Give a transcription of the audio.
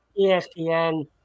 ESPN